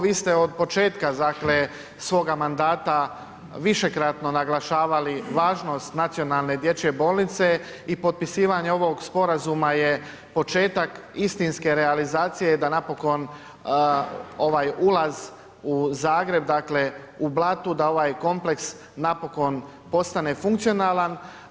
Vi ste od početka, dakle, svoga mandata višekratno naglašavali važnost Nacionalne dječje bolnice i potpisivanje ovog sporazuma je početak istinske realizacije da napokon ovaj ulaz u Zagreb, dakle, u Blatu, da ovaj kompleks napokon postane funkcionalan.